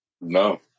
No